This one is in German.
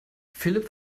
philipp